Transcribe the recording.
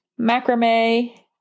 macrame